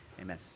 amen